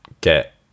get